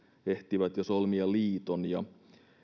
ehtivät jo solmia liiton ja